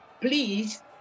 please